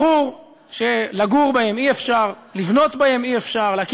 ברור שלגור בהן אי-אפשר, לבנות בהן אי-אפשר,